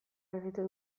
egiten